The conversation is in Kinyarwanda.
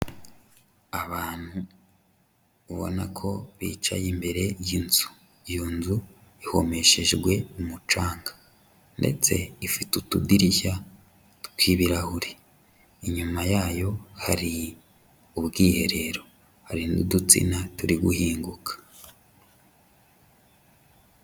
Abantu ubona ko bicaye imbere y'inzu, iyo nzu ihomeshejwe umucanga ndetse ifite utudirishya tw'ibirahuri, inyuma yayo hari ubwiherero, hari n'udutsina turi guhinguka.